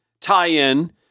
tie-in